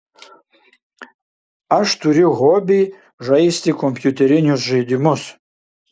aš turiu hobį žaisti kompiuterinius žaidimus